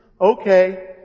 Okay